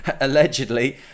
Allegedly